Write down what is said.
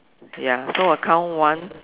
ya so I count one